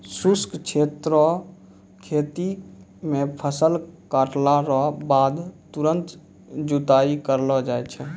शुष्क क्षेत्र रो खेती मे फसल काटला रो बाद तुरंत जुताई करलो जाय छै